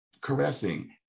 caressing